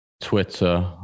Twitter